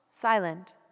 Silent